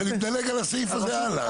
בואו נדלג על הסעיף הזה הלאה.